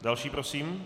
Další prosím.